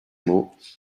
mots